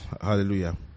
hallelujah